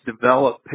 develop